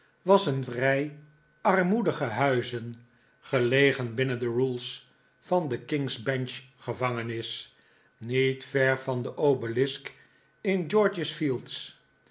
was een rij armoedige huizen gelegen binnen de rules van de king's bench gevangenis niet ver van de obelisk in george's fields